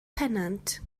pennant